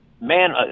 man